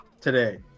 today